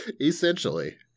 Essentially